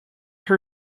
her